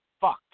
fucked